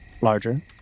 larger